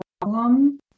problem